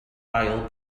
ail